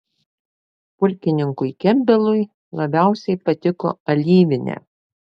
pulkininkui kempbelui labiausiai patiko alyvinė